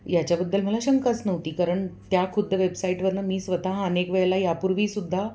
याच्याबद्दल मला शंकाच नव्हती कारण त्या खुद्द वेबसाईटवरून मी स्वतः हा अनेक वेळेला यापूर्वी सुद्धा